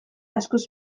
askoz